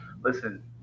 listen